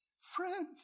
friend